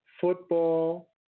Football